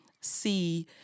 see